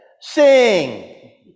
sing